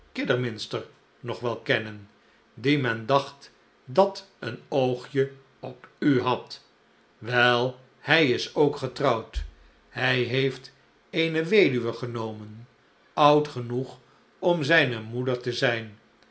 kidderminster nog wel kennen die men dacht dat een oogje op u had wel hij is ook getrouwd hij heeft eene weduwe genomen oud genoeg om zijne moeder te zijn